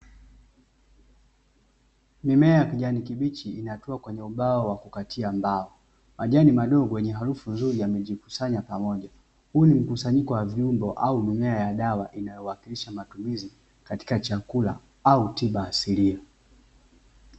Mimea ya kijani kibichi inatua kwenye ubao wa kukatia mbao majani madogo yenye harufu nzuri yamejikusanya pamoja. Huu ni mkusanyiko wa viungo au mimea ya dawa inayowakilisha matumizi katika chakula au tiba asilia.